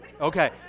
Okay